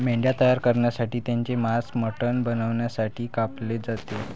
मेंढ्या तयार करण्यासाठी त्यांचे मांस मटण बनवण्यासाठी कापले जाते